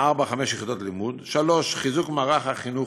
ולהביא לחיזוק זהותם האישית והאזרחית,